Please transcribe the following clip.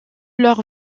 leur